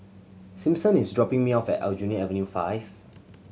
Simpson is dropping me off at Aljunied Avenue Five